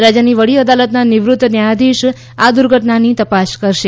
રાજ્યની વડી અદાલતના નિવૃત્ત ન્યાયાધીશ આ દુર્ઘટનાની તપાસ કરશે